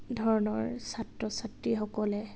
ধৰণৰ ছাত্ৰ ছাত্ৰীসকলে